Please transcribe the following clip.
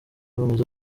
bamaze